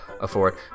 afford